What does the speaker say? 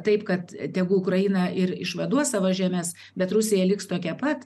taip kad tegul ukraina ir išvaduos savo žemes bet rusija liks tokia pat